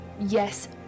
yes